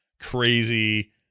crazy